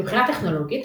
מבחינה טכנולוגית,